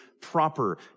proper